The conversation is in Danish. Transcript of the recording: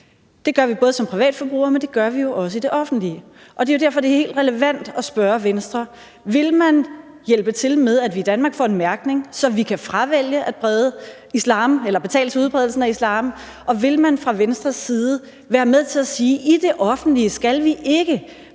Det gør vi både som privatforbrugere, men det gør vi jo også i det offentlige, og det er jo derfor, det er helt relevant at spørge Venstre: Vil man hjælpe til med, at vi i Danmark får en mærkning, så vi kan fravælge at betale til udbredelsen af islam? Og vil man fra Venstres side være med til at sige: I det offentlige skal vi ikke